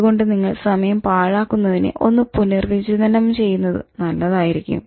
അതുകൊണ്ട് നിങ്ങൾ സമയം പാഴാക്കുന്നതിനെ ഒന്ന് പുനർവിചിന്തനം നടത്തുന്നത് നല്ലതായിരിക്കും